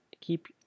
keep